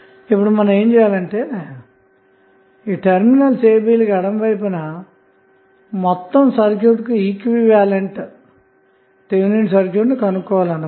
ఇప్పుడు మనం ఏమి చేయాలంటే టెర్మినల్స్ ab లకు ఎడమ వైపున మొత్తం సర్క్యూట్కు ఈక్వివలెంట్ సమానమైన థేవినిన్ సర్క్యూట్ ను కనుక్కోవాలి అన్న మాట